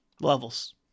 Levels